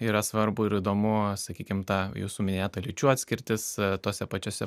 yra svarbu ir įdomu sakykim ta jūsų minėta lyčių atskirtis tose pačiose